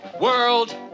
World